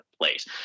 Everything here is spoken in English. place